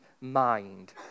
mind